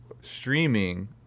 streaming